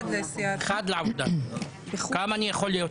אחד לעבודה, כמה אני יכול להיות